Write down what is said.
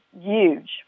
huge